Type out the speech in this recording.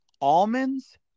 almonds